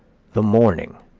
the morning,